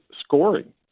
scoring